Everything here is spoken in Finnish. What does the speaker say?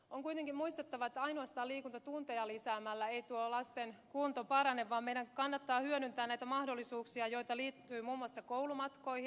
on kuitenkin muistettava että ainoastaan liikuntatunteja lisäämällä ei lasten kunto parane vaan meidän kannattaa hyödyntää näitä mahdollisuuksia joita liittyy muun muassa koulumatkoihin